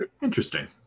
Interesting